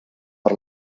per